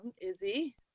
Izzy